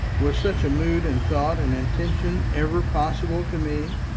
was such a mood and thought and intention ever possible to me?